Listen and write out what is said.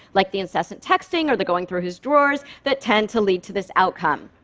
like the incessant texting or the going through his drawers, that tend to lead to this outcome.